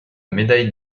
médaille